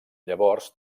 llavors